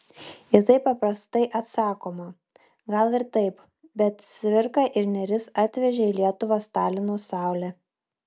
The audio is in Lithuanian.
į tai paprastai atsakoma gal ir taip bet cvirka ir nėris atvežė į lietuvą stalino saulę